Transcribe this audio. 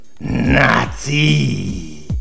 Nazi